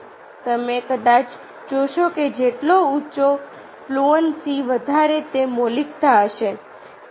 તમે કદાચ જોશો કે જેટલો ઊંચો ફ્લુએન્સી વધારે તે મૌલિકતા હશે